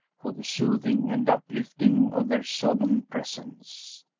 for the soothing and uplifting of their solemn presence.